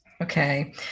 Okay